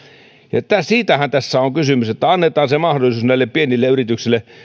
siitähän tässä on kysymys että annetaan näille pienille yrityksille mahdollisuus